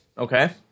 Okay